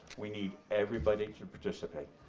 we need everybody to participate.